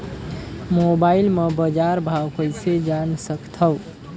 Mobile म बजार भाव कइसे जान सकथव?